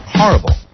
horrible